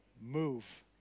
Move